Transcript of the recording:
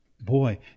Boy